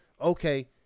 okay